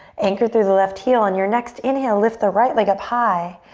anchor through the left heel. on your next inhale, lift the right leg up high.